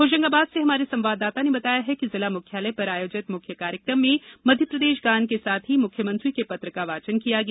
होशंगाबाद र्स हमारे संवाददाता ने बताया है कि जिला मुख्यालय पर आयोजित मुख्य कार्यकम में मध्यप्रदेश गान के साथ ही मुख्यमंत्री के पत्र का वाचन किया गया